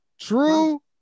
true